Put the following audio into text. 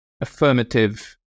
affirmative